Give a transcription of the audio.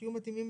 שיהיו מתאימים